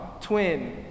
twin